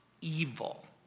Evil